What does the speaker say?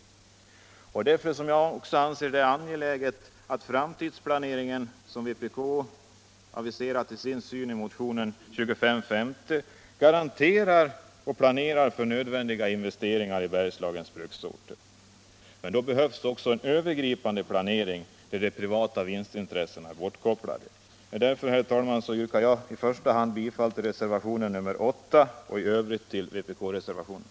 Mot denna bakgrund anser jag det angeläget att framtidsplaneringen, som vpk aviserat sin syn på i motionen 2550, garanterar och planerar för nödvändiga investeringar i Bergslagens bruksorter. Men då behövs också en övergripande planering där de privata vinstintressena är bortkopplade. Herr talman! Jag yrkar bifall till reservationen 8 och övriga vpk-reservationer.